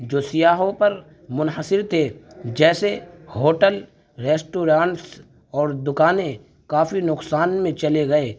جو سیاحوں پر منحصر تھے جیسے ہوٹل ریسٹورانس اور دکانیں کافی نقصان میں چلے گئے